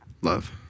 Love